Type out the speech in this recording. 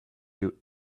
you